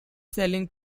selling